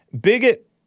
Bigot